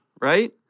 right